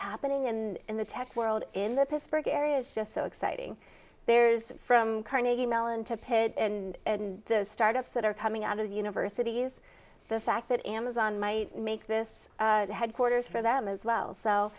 happening and the tech world in the pittsburgh area is just so exciting there's from carnegie mellon to pitt and startups that are coming out of the universities the fact that amazon my make this headquarters for them as well so